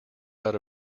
out